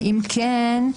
ואם כן,